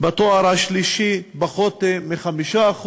בתואר השלישי, פחות מ-5%.